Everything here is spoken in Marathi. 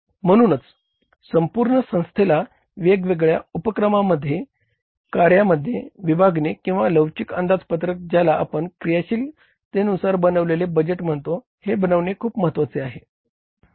म्हणूनच संपूर्ण संस्थेला वेगवेगळ्या उपक्रमांमध्ये कार्यामध्ये विभागणे किंवा लवचिक अंदाजपत्रक ज्याला आपण क्रियाशीलतेनुसार बनवलेले बजेट म्हणतो हे बनवणे खूप महत्वाचे आहे